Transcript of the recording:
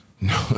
no